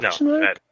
No